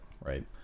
right